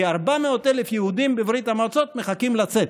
כי 400,000 יהודים בברית המועצות מחכים לצאת.